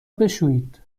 بشویید